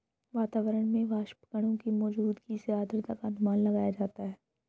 वातावरण में वाष्पकणों की मौजूदगी से आद्रता का अनुमान लगाया जाता है